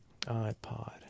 iPod